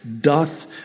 doth